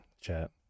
chat